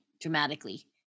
dramatically